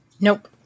nope